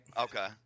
Okay